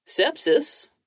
sepsis